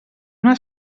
una